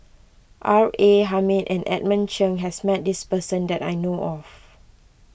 R A Hamid and Edmund Cheng has met this person that I know of